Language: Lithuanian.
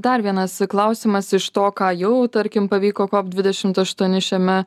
dar vienas klausimas iš to ką jau tarkim pavyko kop dvidešimt aštuoni šiame